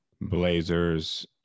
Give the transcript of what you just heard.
blazers